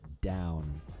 down